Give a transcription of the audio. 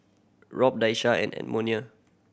Rob Daisha and Edmonia